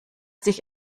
sich